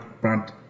brand